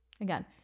again